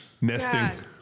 Nesting